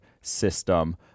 system